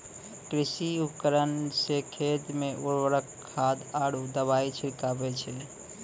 कृषि उपकरण सें खेत मे उर्वरक खाद आरु दवाई छिड़कावै छै